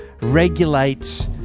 regulate